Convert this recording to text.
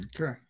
Okay